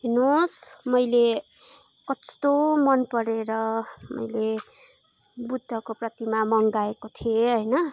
हेर्नुहोस् मैले कस्तो मन परेर मैले बुद्धको प्रतिमा मगाएको थिएँ होइन